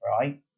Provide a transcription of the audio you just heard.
right